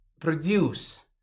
produce